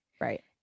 right